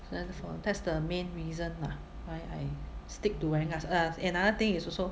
so then for that's the main reason lah why I stick to wearing mask ah another thing is also